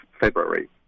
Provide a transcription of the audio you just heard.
February